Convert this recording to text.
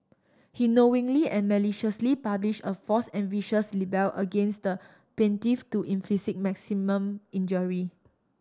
he knowingly and maliciously published a false and vicious libel against the plaintiff to inflict maximum injury